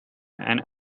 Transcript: and